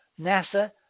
NASA